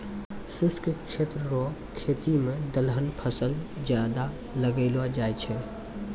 शुष्क क्षेत्र रो खेती मे दलहनी फसल ज्यादा लगैलो जाय छै